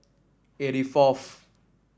eighty fourth